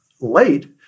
late